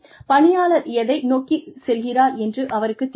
பணியாளர் எதை நோக்கி செல்கிறார் என்று அவருக்குத் தெரியும்